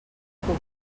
puc